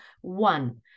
one